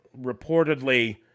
reportedly